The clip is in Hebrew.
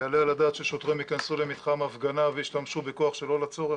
יעלה על הדעת ששוטרים ייכנסו למתחם ההפגנה וישתמשו בכוח לכל הצורך?